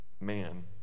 man